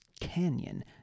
canyon